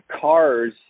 cars